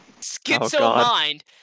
schizo-mind